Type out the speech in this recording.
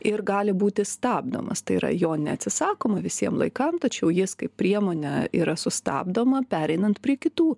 ir gali būti stabdomas tai yra jo neatsisakoma visiem laikam tačiau jis kaip priemonė yra sustabdoma pereinant prie kitų